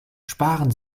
sparen